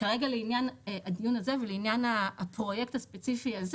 כרגע לעניין הדיון הזה ולעניין הפרויקט הספציפי הזה